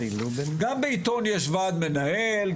גם בעיתון יש וועד מנהל,